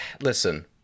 Listen